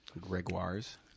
Gregoire's